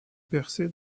percée